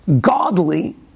godly